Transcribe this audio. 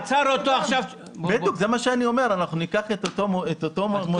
אנחנו ניקח את אותו מודל.